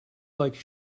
like